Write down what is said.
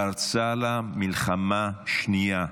פרצה לה מלחמה שנייה,